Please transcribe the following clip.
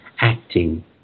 acting